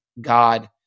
God